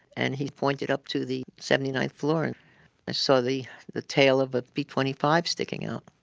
and he pointed up to the seventy ninth floor and i saw the the tail of a b twenty five sticking out.